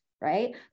Right